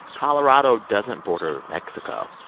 colorado doesn't border mexico.